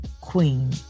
queen